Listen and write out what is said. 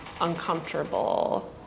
uncomfortable